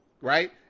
right